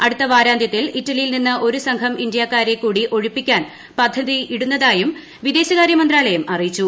അടുത്ത വാരാന്ത്യത്തിൽ ഇറ്റലിയിൽ നിന്ന് ഒരു സംഘം ഇന്ത്യാക്കാരെ കൂടി ഒഴിപ്പിക്കാൻ പദ്ധതിയിടുന്നതായും വിദേശകാര്യ മന്ത്രാലയം അറിയിച്ചു